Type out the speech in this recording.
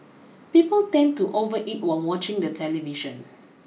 people tend to overeat while watching the television